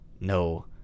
no